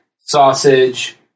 sausage